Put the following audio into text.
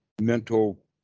mental